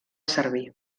servir